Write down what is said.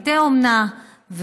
בתי אומנה.